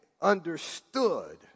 Understood